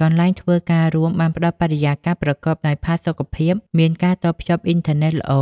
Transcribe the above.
កន្លែងធ្វើការរួមបានផ្តល់បរិយាកាសប្រកបដោយផាសុកភាព មានការតភ្ជាប់អ៊ីនធឺណិតល្អ